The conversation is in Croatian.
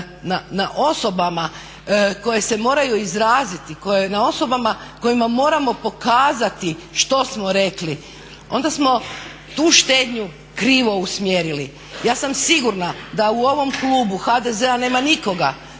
na osobama koje se moraju izraziti, na osobama kojima moramo pokazati što smo rekli onda smo tu štednju krivo usmjerili. Ja sam sigurna da u ovom klubu HDZ-a nema nikoga